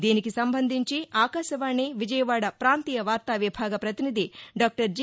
దీనికి సంబంధించి ఆకాశవాణి విజయవాడ ప్రాంతీయవార్తా విభాగ పతినిధి డాక్టర్ జి